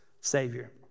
Savior